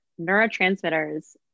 neurotransmitters